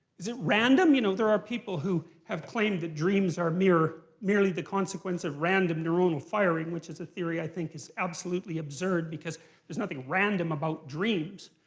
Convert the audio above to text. is it random? you know, there are people who have claimed that dreams are merely are merely the consequence of random neuronal firing, which is a theory i think is absolutely absurd. because there's nothing random about dreams.